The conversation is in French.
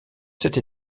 cette